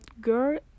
girl